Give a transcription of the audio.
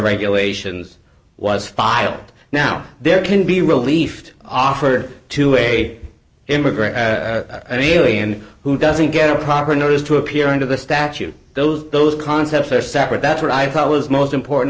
regulations was filed now there can be relief offered to a immigrant anyway and who doesn't get a proper notice to appear under the statute those those concepts are separate that's what i thought was most important